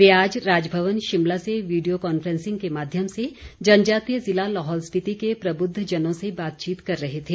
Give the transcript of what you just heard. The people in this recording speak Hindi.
वे आज राजभवन शिमला से वीडियो कांफ्रेंसिंग के माध्यम से जनजातीय जिला लाहौल स्पिति के प्रबुद्धजनों से बातचीत कर रहे थे